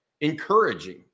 encouraging